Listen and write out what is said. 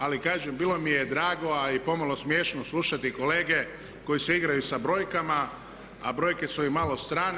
Ali kažem bilo mi je drago a i pomalo smiješno slušati kolege koji se igraju sa brojkama, a brojke su im malo strane.